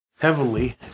heavily